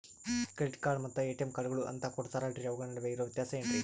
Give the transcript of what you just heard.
Credit card ಮತ್ತ ATM ಕಾರ್ಡುಗಳು ಅಂತಾ ಕೊಡುತ್ತಾರಲ್ರಿ ಅವುಗಳ ನಡುವೆ ಇರೋ ವ್ಯತ್ಯಾಸ ಏನ್ರಿ?